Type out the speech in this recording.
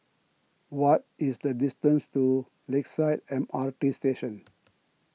what is the distance to Lakeside M R T Station